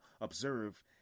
observe